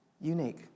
unique